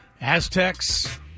Aztecs